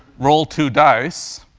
roll two dice,